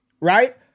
right